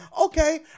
Okay